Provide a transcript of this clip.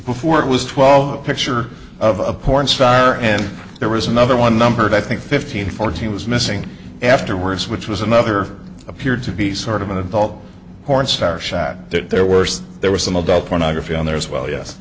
before it was twelve a picture of a porn star and there was another one numbered i think fifteen fourteen was missing afterwards which was another appeared to be sort of an adult porn star shad that there worse there was some adult pornography on there as well yes